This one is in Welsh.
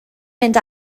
mynd